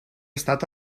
estat